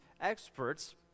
experts